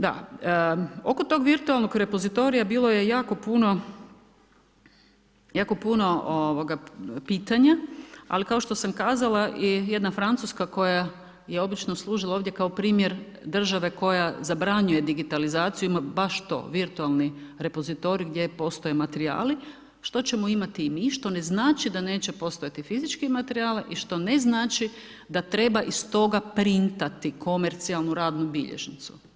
Da, oko tog virtualnog repozitorija, bilo je jako puno pitanja ali kao što sam kazala i jedna Francuska koja je obično služila kao primjer države koja zabranjuje digitalizacije, ima baš to virtualni repozitorij gdje postoji materijali, što ćemo imati i mi, što ne znači da neće postojati fizički materijali i što ne znači da treba iz toga printati komercijalnu radnu bilježnicu.